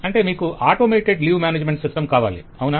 vendor మీకు స్వయంచాలిత leave management system కావాలి అవునా